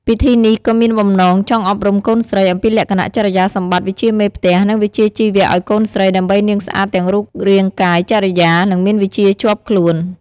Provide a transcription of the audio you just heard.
ពិធីនេះក៏មានបំណង ចង់អប់រំកូនស្រី អំពីលក្ខណៈចរិយាសម្បត្តិ វិជ្ជាមេផ្ទះ និង វិជ្ជាជីវៈឱ្យកូនស្រី ដើម្បីនាងស្អាតទាំងរូបរាងកាយ ចរិយា និងមានវិជ្ជាជាប់ខ្លួន។